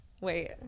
Wait